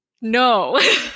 no